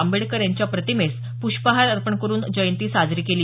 आंबेडकर यांच्या प्रतिमेस प्ष्पहार अर्पण करुन जयंती साजरी केली